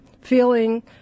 feeling